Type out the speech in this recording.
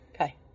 Okay